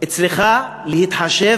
צריכה להתחשב